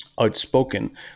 outspoken